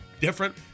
different